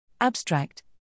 Abstract